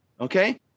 Okay